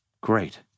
Great